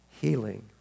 healing